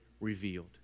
revealed